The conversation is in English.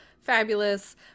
fabulous